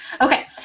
Okay